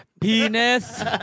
penis